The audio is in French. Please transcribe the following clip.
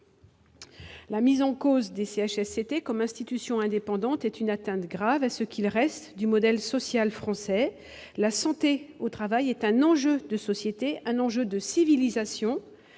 La mise en cause des CHSCT comme institutions indépendantes est une atteinte grave à ce qu'il reste du modèle social français. La santé au travail est un enjeu de société, un enjeu de civilisation.